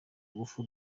ngufu